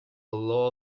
law